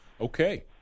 Okay